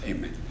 Amen